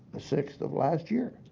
ah sixth of last year.